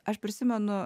aš prisimenu